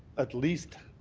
at least